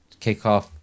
kickoff